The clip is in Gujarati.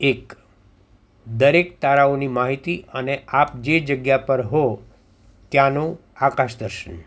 એક દરેક તારાઓની માહિતી અને આપ જે જગ્યા પર હો ત્યાંનું આકાશ દર્શન